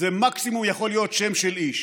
זה מקסימום יכול להיות שם של איש.